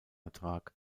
ertrag